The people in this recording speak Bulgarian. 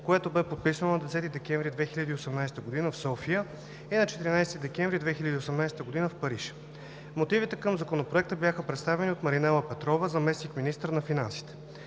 което бе подписано на 10 декември 2018 г. в София и на 14 декември 2018 г. в Париж. Мотивите към Законопроекта бяха представени от Маринела Петрова, заместник-министър на финансите.